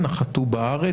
נחתו בארץ.